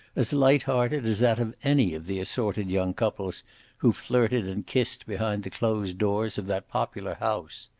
as light-hearted as that of any of the assorted young couples who flirted and kissed behind the closed doors of that popular house.